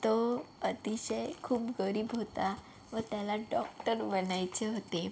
तो अतिशय खूप गरीब होता व त्याला डॉक्टर बनायचे होते